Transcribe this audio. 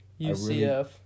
UCF